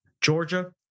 Georgia